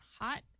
hot